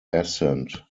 assent